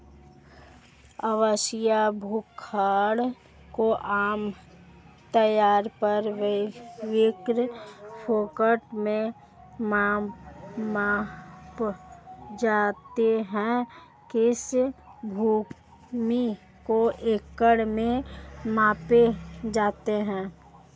आवासीय भूखंडों को आम तौर पर वर्ग फुट में मापा जाता है, कृषि भूमि को एकड़ में मापा जाता है